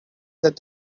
that